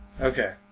Okay